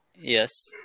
Yes